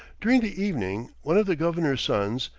during the evening one of the governor's sons,